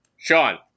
Sean